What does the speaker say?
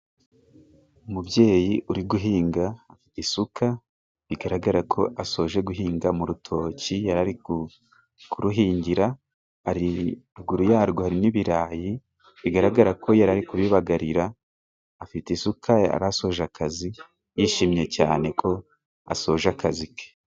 Umubyeyi uri guhinga isuka bigaragara ko asoje guhinga mu rutoki yarari kuruhingira, ari haruguru yarwo n'ibirayi bigaragara ko yari kubibagarira afite isuka yarasoje akazi yishimye cyane ko asoje akazi ke.